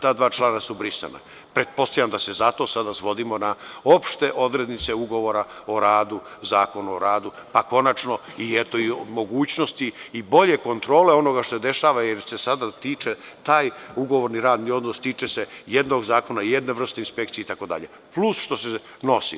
Ta dva člana su brisana, pretpostavljam da se zato sada svodimo na opšte odrednice ugovora o radu, Zakona o radu, pa konačno i eto o mogućnosti i bolje kontrole onoga što se dešava, taj ugovorni radni odnos tiče se jednog zakona, jedne vrste inspekcije, itd, plus što se nosi.